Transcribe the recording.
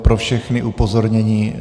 Pro všechny upozornění.